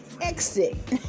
exit